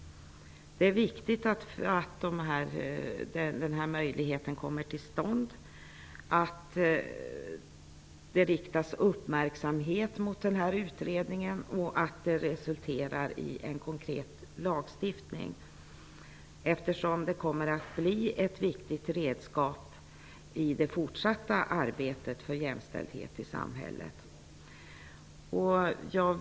Det är viktigt att en sådan möjlighet kommer till stånd och att det riktas uppmärksamhet mot utredningen samt att den resulterar i en konkret lagstiftning. Det kommer ju att bli ett viktigt redskap i det fortsatta arbetet för jämställdhet i samhället.